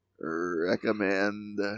recommend